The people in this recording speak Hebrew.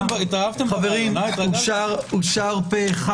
חברים, אושר פה אחד.